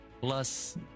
plus